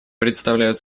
представляют